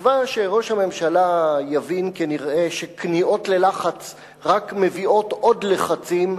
התקווה שראש הממשלה יבין כנראה שכניעות ללחץ רק מביאות עוד לחצים,